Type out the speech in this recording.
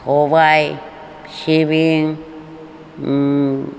सबाइ सिबिं